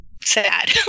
sad